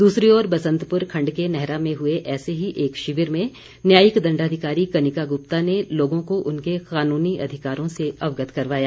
दूसरी ओर बसंतपुर खण्ड के नैहरा में हुए ऐसे ही एक शिविर में न्यायिक दण्डाधिकारी कनिका गुप्ता ने लोगों को उनके कानूनी अधिकारों से अवगत करवाया